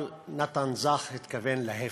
אבל נתן זך התכוון להפך.